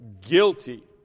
guilty